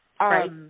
Right